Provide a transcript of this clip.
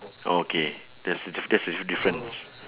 oh okay that's the diff~ that's the difference